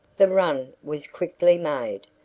the run was quickly made,